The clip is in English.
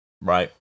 right